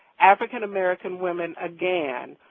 african american women again,